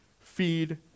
feed